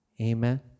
Amen